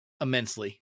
immensely